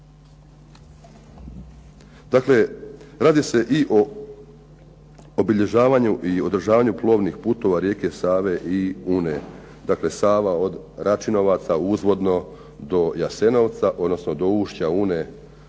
Dakle, radi se i o obilježavanju i održavanju plovnih putova rijeke Save i Une. Dakle, Sava od Račinovaca uzvodno do Jasenovca, odnosno do ušća Une